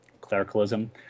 clericalism